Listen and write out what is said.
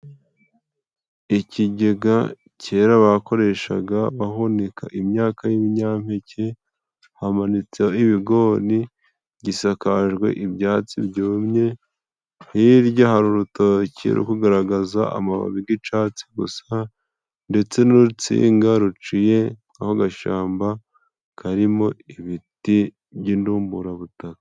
Ikigega kera bakoreshaga bahunika imyaka y'ibinyampeke, hamanitseho ibigori, gisakajwe ibyatsi byumye, hirya hari urutoki ruri kugaragaza amababi g'icatsi gusa, ndetse n'urutsinga ruciyeho agashamba karimo ibiti by'indumburabutaka.